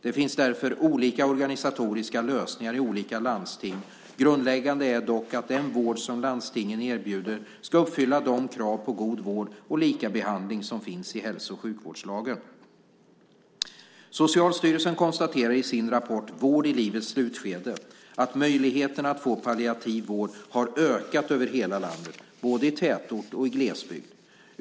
Det finns därför olika organisatoriska lösningar i olika landsting. Grundläggande är dock att all den vård som landstingen erbjuder ska uppfylla de krav på god vård och likabehandling som finns i hälso och sjukvårdslagen. Socialstyrelsen konstaterar i sin rapport Vård i livets slutskede , att möjligheterna att få palliativ vård har ökat över hela landet, både i tätort och i glesbygd.